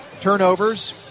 Turnovers